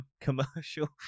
commercial